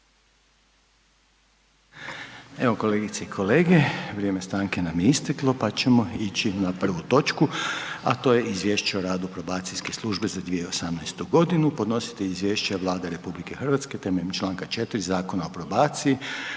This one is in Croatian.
Evo kolegice i kolege, vrijeme stanke nam je isteklo pa ćemo ići na prvu točku a to je: - Izvješće o radu probacijske službe za 2018. g. Podnositelj izvješća je Vlada RH temeljem čl. 4. Zakona o probaciji.